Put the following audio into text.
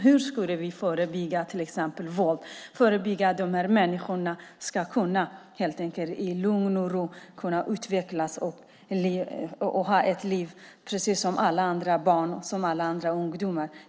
Hur ska vi förebygga hat och våld? Hur ska vi göra så att dessa barn och ungdomar i lugn och ro kan utvecklas och ha ett liv precis som alla andra?